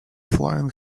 flying